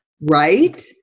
Right